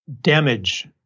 Damage